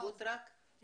אני